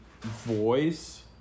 voice